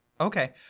Okay